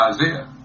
Isaiah